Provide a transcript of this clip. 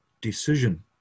decision